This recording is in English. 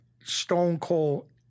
stone-cold